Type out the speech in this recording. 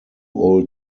old